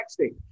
texting